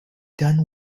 done